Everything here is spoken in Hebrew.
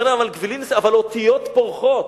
אומר להם: אבל אותיות פורחות.